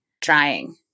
trying